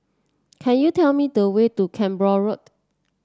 can you tell me the way to Cranborne Road